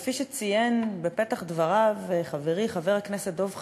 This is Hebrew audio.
כפי שציין בפתח דבריו חברי חבר הכנסת דב חנין,